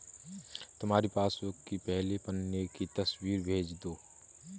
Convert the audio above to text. तुम्हारी पासबुक की पहले पन्ने की तस्वीर भेज दो